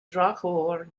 drochuair